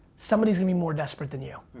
somebody's gonna be more desperate than you.